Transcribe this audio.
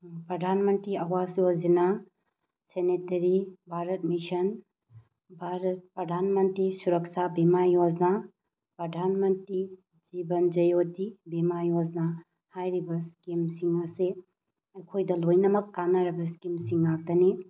ꯄ꯭ꯔꯙꯥꯟ Mantri Awas Yojana sanitary Bharat mission Bharat Pradhan Mantri Suraksha Bima Yojana Pradhan Mantri Jeevan Jyoti Bima Yojana ꯍꯥꯏꯔꯤꯕ ꯏꯁꯀꯤꯝꯁꯤꯡ ꯑꯁꯤ ꯑꯩꯈꯣꯏꯗ ꯂꯣꯏꯅꯃꯛ ꯀꯥꯟꯅꯔꯕ ꯏꯁꯀꯤꯝꯁꯤꯡ ꯉꯥꯛꯇꯅꯤ